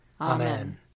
Amen